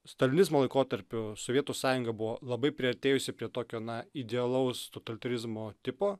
stalinizmo laikotarpiu sovietų sąjunga buvo labai priartėjusi prie tokio na idealaus totalitarizmo tipo